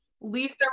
Lisa